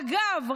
אגב,